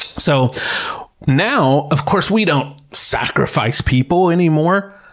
so now, of course, we don't sacrifice people anymore,